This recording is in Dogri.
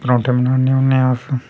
परोंठे बनाने होन्ने अस